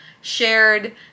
shared